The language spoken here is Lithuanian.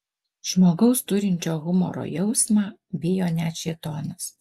žmogaus turinčio humoro jausmą bijo net šėtonas